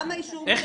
למה אישור המנהל.